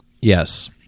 Yes